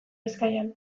bizkaian